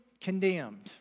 condemned